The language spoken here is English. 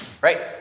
Right